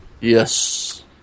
Yes